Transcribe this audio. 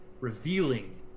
revealing